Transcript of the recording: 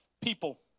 People